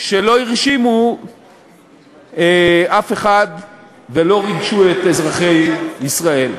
שלא הרשימו אף אחד ולא ריגשו את אזרחי ישראל.